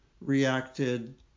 reacted